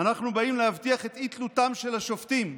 "אנחנו באים להבטיח את אי תלותם של השופטים,